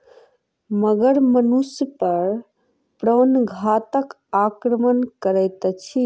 मगर मनुष पर प्राणघातक आक्रमण करैत अछि